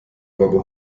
räuber